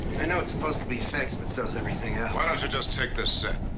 i know it's supposed to be fixed, but so is everything else. why don't you just take the set?